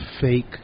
fake